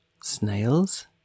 snails